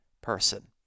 person